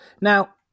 Now